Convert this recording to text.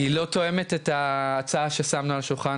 היא לא תואמת את ההצעה ששמנו על השולחן,